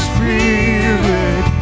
Spirit